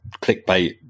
clickbait